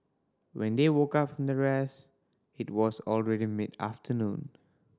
when they woke up from the rest it was already mid afternoon